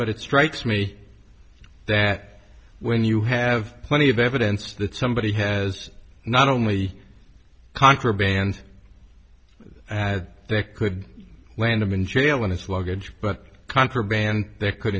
but it strikes me that when you have plenty of evidence that somebody has not only contraband that could land him in jail in his luggage but contraband that could